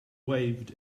waved